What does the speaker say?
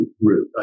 route